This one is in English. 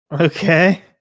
Okay